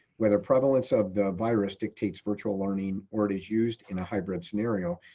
whether prevalence of the virus dictates virtual learning, or it is used in a hybrid scenario,